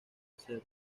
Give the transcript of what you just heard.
hacer